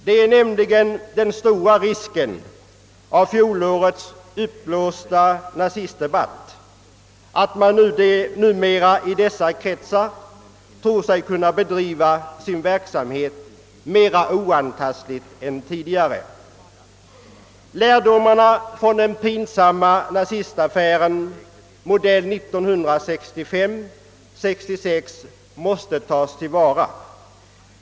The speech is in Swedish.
Det finns nämligen efter fjolårets uppblåsta nazistdebatt den stora risken att man numera i dessa kretsar tror sig kunna bedriva sin verksamhet mera oantastad än tidigare. Lärdomarna från den pinsamma nazistaffären, modell 1965/66 måste tas till vara.